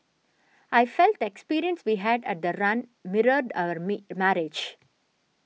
I felt the experience we had at the run mirrored our marriage